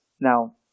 Now